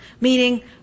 Meaning